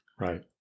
right